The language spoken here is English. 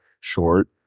short